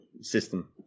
system